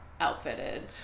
outfitted